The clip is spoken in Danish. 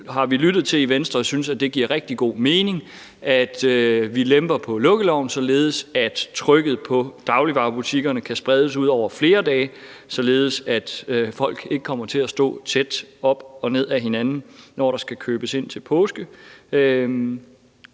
vi lyttet til i Venstre og synes, at det giver rigtig god mening, at vi lemper på lukkeloven, således at trykket på dagligvarebutikkerne kan spredes ud over flere dage, således at folk ikke kommer til at stå tæt op og ned ad hinanden, når der skal købes ind til påske.